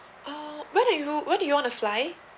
uh when do you when do you wanna fly